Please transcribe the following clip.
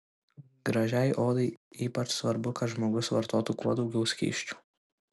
gražiai odai ypač svarbu kad žmogus vartotų kuo daugiau skysčių